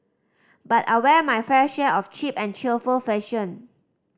but I wear my fair share of cheap and cheerful fashion